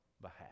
behalf